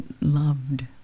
loved